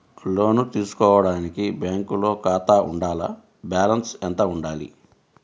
లోను తీసుకోవడానికి బ్యాంకులో ఖాతా ఉండాల? బాలన్స్ ఎంత వుండాలి?